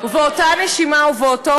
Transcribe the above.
ובאותה נשימה, ובאותו,